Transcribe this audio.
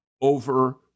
over